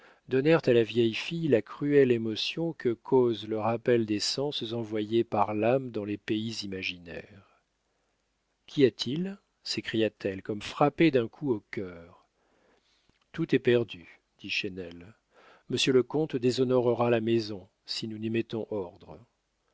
donnèrent à la vieille fille la cruelle émotion que cause le rappel des sens envoyés par l'âme dans les pays imaginaires qu'y a-t-il s'écria-t-elle comme frappée d'un coup au cœur tout est perdu dit chesnel monsieur le comte déshonorera la maison si nous n'y mettons ordre